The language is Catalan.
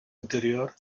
interior